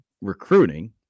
recruiting